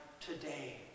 today